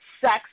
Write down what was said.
sex